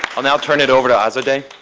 i'll now turn it over to azadeh.